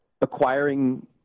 acquiring